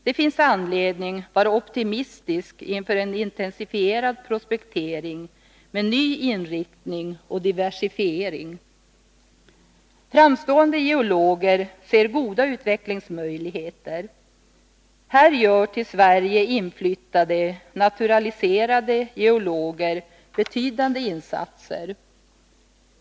Det finns anledning att vara optimistisk inför en intensifierad prospektering med ny inriktning och diversifiering. Framstående geologer ser goda utvecklingsmöjligheter. Här gör till Sverige inflyttade — naturaliserade — geologer betydande insatser.